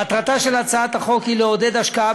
מטרתה של הצעת החוק היא לעודד השקעה